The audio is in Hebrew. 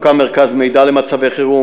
הוקם מרכז מידע למצבי חירום,